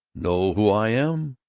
know who i am?